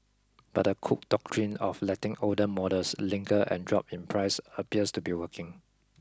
but the cook doctrine of letting older models linger and drop in price appears to be working